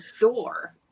door